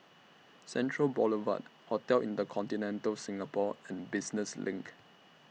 Central Boulevard Hotel InterContinental Singapore and Business LINK